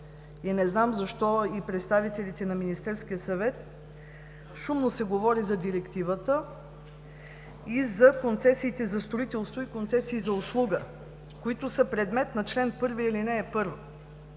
не знам защо и от представителите на Министерския съвет, шумно се говори за директивата и за концесиите за строителство и концесии за услуга, които са предмет на чл. 1, ал. 1.